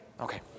Okay